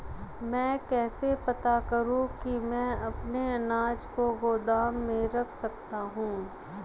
मैं कैसे पता करूँ कि मैं अपने अनाज को गोदाम में रख सकता हूँ?